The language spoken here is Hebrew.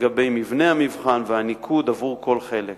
לגבי מבנה המבחן והניקוד עבור כל חלק.